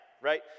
right